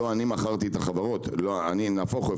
אני לא מכרתי את החברות נהפוך הוא,